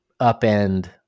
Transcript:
upend